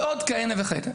ועוד כהנה וכהנה.